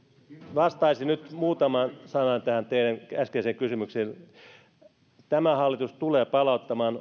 vastaisin nyt muutaman sanan teidän äskeiseen kysymykseenne tämä hallitus tulee palauttamaan